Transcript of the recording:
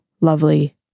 lovely